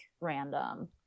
random